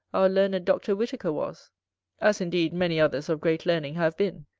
our learned dr. whitaker was as indeed many others of great learning have been.